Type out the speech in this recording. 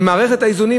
במערכת האיזונים